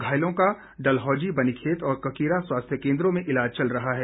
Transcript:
घायलों का डलहौजी बनीखेत और ककिरा स्वास्थ्य केंद्रों में ईलाज चल रहा है